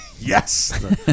Yes